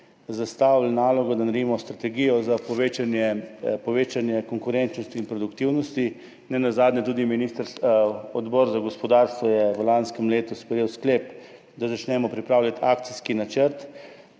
zastavili nalogo, da naredimo strategijo za povečanje konkurenčnosti in produktivnosti. Nenazadnje je tudi Odbor za gospodarstvo v lanskem letu sprejel sklep, da začnemo pripravljati akcijski načrt.